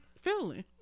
feeling